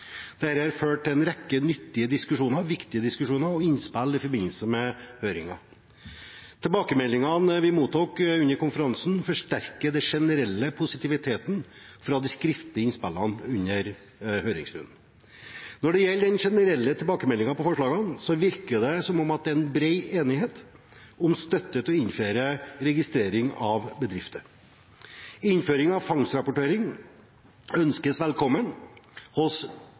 til en rekke nyttige og viktige diskusjoner og innspill i forbindelse med høringen. Tilbakemeldingene vi mottok under konferansen, forsterker den generelle positiviteten fra de skriftlige innspillene i høringsrunden. Når det gjelder den generelle tilbakemeldingen på forslagene, virker det som om det er bred enighet om støtte til å innføre registrering av bedrifter. Innføring av en fangstrapportering ønskes velkommen hos